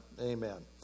Amen